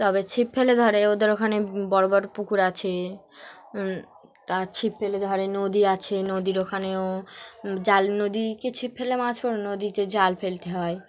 তবে ছিপ ফেলে ধরে ওদের ওখানে বড় বড় পুকুর আছে তা ছিপ ফেলে ধরে নদী আছে নদীর ওখানেও জাল নদীকে ছিপ ফেলে মাছ পড়ে নদীতে জাল ফেলতে হয়